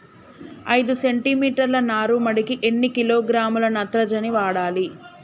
ఐదు సెంటి మీటర్ల నారుమడికి ఎన్ని కిలోగ్రాముల నత్రజని వాడాలి?